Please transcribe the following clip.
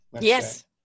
Yes